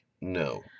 No